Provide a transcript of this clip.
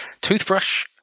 Toothbrush